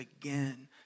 again